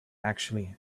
actually